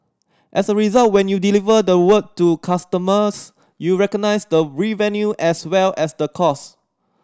as a result when you deliver the work to customers you recognise the revenue as well as the cost